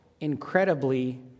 incredibly